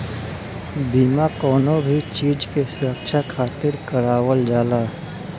बीमा कवनो भी चीज के सुरक्षा खातिर करवावल जाला